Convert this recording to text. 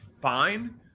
Fine